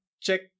check